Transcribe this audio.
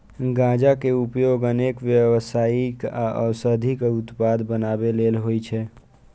गांजा के उपयोग अनेक व्यावसायिक आ औद्योगिक उत्पाद बनबै लेल होइ छै